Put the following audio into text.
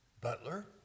butler